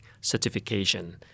certification